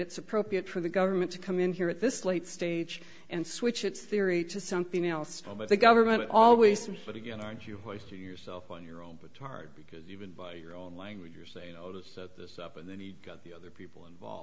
it's appropriate for the government to come in here at this late stage and switch its theory to something else but the government always but again aren't you hoist yourself on your own butt tard because even by your own language you're saying no to set this up and then you've got the other people involved